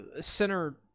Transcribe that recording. center